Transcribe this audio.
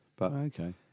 Okay